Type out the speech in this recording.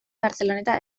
barceloneta